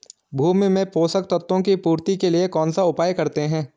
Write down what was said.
भूमि में पोषक तत्वों की पूर्ति के लिए कौनसा उपाय करते हैं?